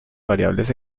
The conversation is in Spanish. variables